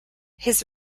his